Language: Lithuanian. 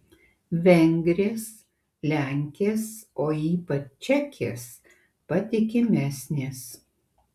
vengrės lenkės o ypač čekės patikimesnės